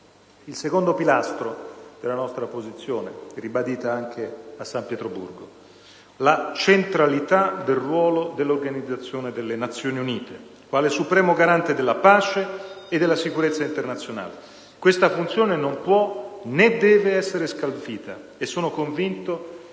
Il secondo pilastro della nostra posizione, ribadita anche a San Pietroburgo, è la centralità del ruolo dell'Organizzazione delle Nazioni Unite quale supremo garante della pace e della sicurezza internazionale. Questa funzione non può né deve essere scalfita. Sono convinto